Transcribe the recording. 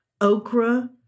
okra